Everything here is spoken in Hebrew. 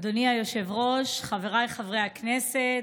אדוני היושב-ראש, חבריי חברי הכנסת,